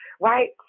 right